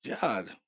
God